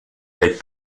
hay